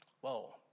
Whoa